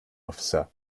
officer